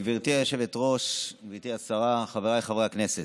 גברתי היושבת-ראש, גברתי השרה, חבריי חברי הכנסת,